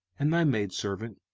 and thy maidservant,